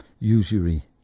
Usury